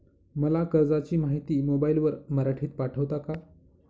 मला कर्जाची माहिती मोबाईलवर मराठीत पाठवता का?